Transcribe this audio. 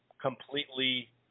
completely